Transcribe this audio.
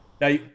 Now